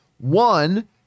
One